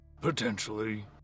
Potentially